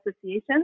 Association